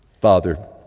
Father